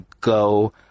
go